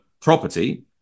property